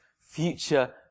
future